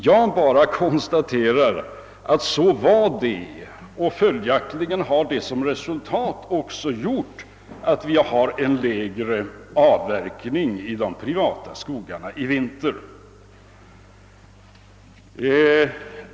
Jag bara konstaterar att det var så och att det följaktligen medfört det resultatet att vi har en lägre avverkning i de privata skogarna i vinter.